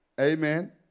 Amen